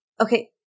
Okay